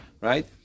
Right